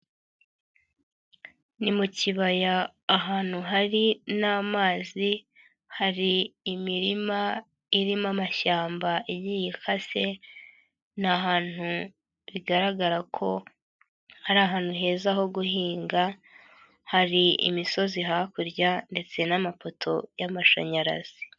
Ni mu kibaya ahantu hari n'amazi, hari imirima irimo amashyamba igiye ikase, ni ahantu bigaragara ko hari ahantu heza ho guhinga, hari imisozi hakurya, ndetse n'amapoto y'amashanyarazi.